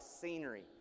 scenery